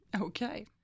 Okay